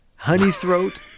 Honeythroat